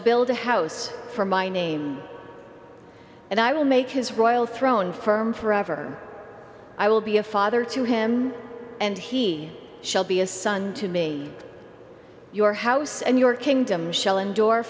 build a house for my name and i will make his royal throne firm forever i will be a father to him and he shall be a son to me your house and your kingdom shell and door